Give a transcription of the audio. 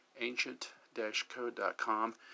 ancient-code.com